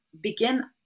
begin